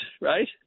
right